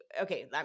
okay